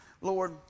Lord